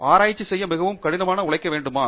ஆராய்ச்சி செய்ய மிகவும் கடினமாக உழைக்க வேண்டுமா